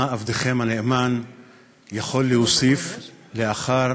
מה עבדכם הנאמן יכול להוסיף לאחר